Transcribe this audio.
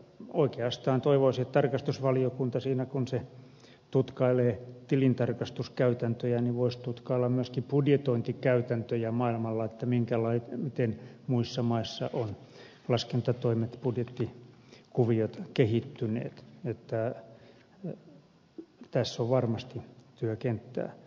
oikeastaan toivoisi että tarkastusvaliokunta siinä kun se tutkailee tilintarkastuskäytäntöjä voisi tutkailla myöskin budjetointikäytäntöjä maailmalla miten muissa maissa ovat laskentatoimi ja budjettikuviot kehittyneet niin että tässä on varmasti työkenttää